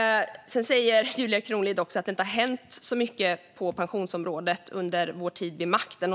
Sedan säger Julia Kronlid också att det inte har hänt så mycket på pensionsområdet under vår tid vid makten.